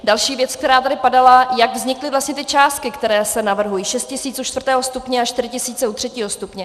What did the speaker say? Další věc, která tady padala, jak vznikly vlastně ty částky, které se navrhují, 6 tisíc u čtvrtého stupně a 4 tisíce u třetího stupně.